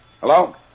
Hello